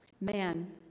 Man